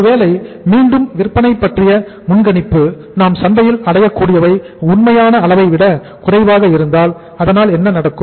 ஒருவேளை மீண்டும் விற்பனை பற்றிய முன்கணிப்பு நாம் சந்தையில் அடையக்கூடிய உண்மையான அளவைவிட குறைவாக இருந்தால் அதனால் என்ன நடக்கும்